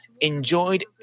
enjoyed